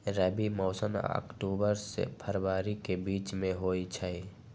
रबी मौसम अक्टूबर से फ़रवरी के बीच में होई छई